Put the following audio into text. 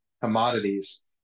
commodities